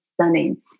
stunning